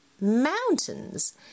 mountains